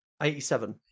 87